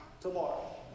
tomorrow